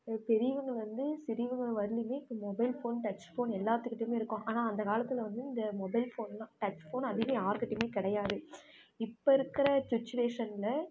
பெரியவங்கள்லேருந்து சிறியவங்கள் வர்லேயுமே இப்போ மொபைல் ஃபோன் டச் ஃபோன் எல்லாத்துக்கிட்டயும் இருக்கும் ஆனால் அந்த காலத்தில் வந்து இந்த மொபைல் ஃபோன் தான் டச் ஃபோன் அதிகம் யார்கிட்டயும் கிடையாது இப்போ இருக்கிற சுட்வேஷனில்